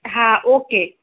હા ઓકે